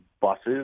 buses